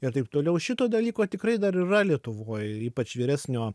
ir taip toliau šito dalyko tikrai dar yra lietuvoj ypač vyresnio